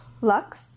Lux